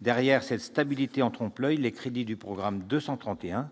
Derrière cette stabilité en trompe-l'oeil, les crédits du programme 231